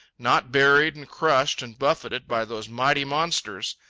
not buried and crushed and buffeted by those mighty monsters,